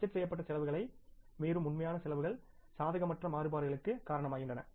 budget செய்யப்பட்ட செலவுகளை மீறும் உண்மையான செலவுகள் சாதகமற்ற மாறுபாடுகளுக்கு காரணமாகின்றன